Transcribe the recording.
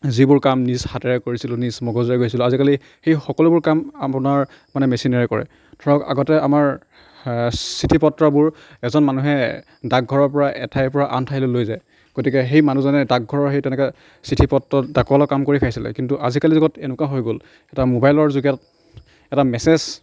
যিবোৰ কাম নিজ হাতেৰে কৰিছিলোঁ নিজ মগজুৰে কৰিছিলোঁ আজিকালি সেই সকলোবোৰ কাম আপোনাৰ মানে মেচিনেৰে কৰে ধৰক আগতে আমাৰ চিঠি পত্ৰ বোৰ এজন মানুহে ডাক ঘৰৰপৰা এঠাইৰপৰা আন ঠাইলৈ লৈ যায় গতিকে সেই মানুহজনে ডাক ঘৰৰ সেই তেনেকৈ চিঠি পত্ৰ ডাকোৱালৰ কাম কৰি খাইছিলে কিন্তু আজিকালি যুগত এনেকুৱা হৈ গ'ল এটা ম'বাইলৰ যোগে এটা মেচেজ